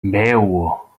beu